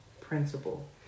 principle